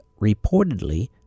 reportedly